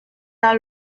dans